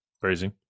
phrasing